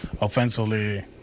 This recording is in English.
offensively